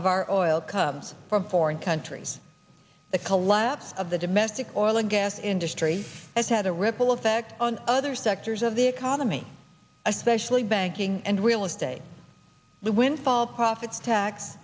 of our oil comes from foreign countries the collapse of the domestic oil and gas industry has had a ripple effect on other sectors of their cars to me especially banking and real estate the windfall profits tax